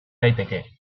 daiteke